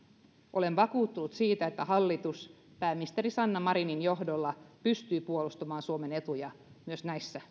olen vakuuttunut siitä että hallitus pääministeri sanna marinin johdolla pystyy puolustamaan suomen etuja myös näissä